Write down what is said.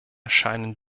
erscheinen